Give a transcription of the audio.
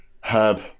Herb